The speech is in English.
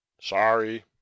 Sorry